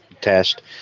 test